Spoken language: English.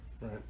right